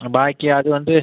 பாக்கி அது வந்து